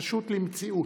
פשוט למציאות.